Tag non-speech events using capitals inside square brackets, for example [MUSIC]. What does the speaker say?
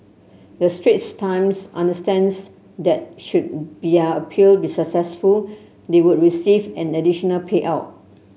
the Straits Times understands that should [UNINTELLIGIBLE] appeal be successful they would receive an additional payout